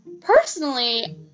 personally